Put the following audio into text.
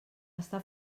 està